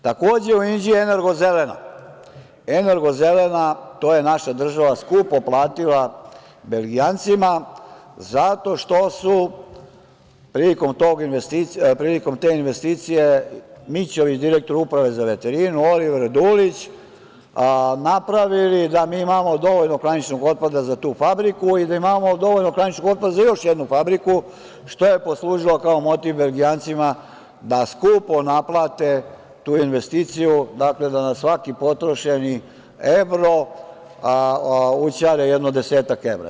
Takođe, u Inđiji „Energo Zelena“, „Energo Zelena“ to je naša država skupo platila Belgijancima zato što su prilikom te investicije, Mićović, direktor Uprave za veterinu, Oliver Dulić, napravili da mi imamo dovoljno klaničnog otpada za tu fabriku i da imamo dovoljno klaničkog otpad za još jednu fabriku što je poslužilo kao motiv Belgijancima da skupo naplate tu investiciju, dakle, da na svaki potrošeni evro ućare jedno desetak evra.